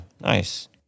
nice